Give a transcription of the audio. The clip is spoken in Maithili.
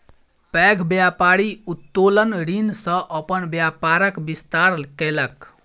पैघ व्यापारी उत्तोलन ऋण सॅ अपन व्यापारक विस्तार केलक